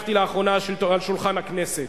שהנחתי לאחרונה על שולחן הכנסת.